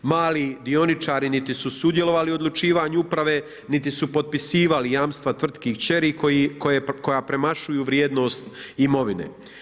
Mali dioničari niti su sudjelovali u odlučivanju uprave, niti su potpisivali jamstva tvrtki … koja premašuju vrijednost imovine.